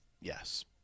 Yes